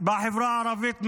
בחברה הערבית מהפשיעה.